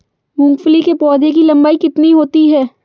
मूंगफली के पौधे की लंबाई कितनी होती है?